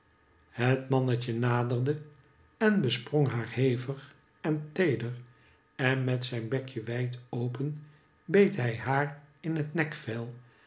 het mannetje naderde en besprong haar hevig en teeder en met zijn bekje wijd open beet hij haar in het nekvel